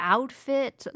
Outfit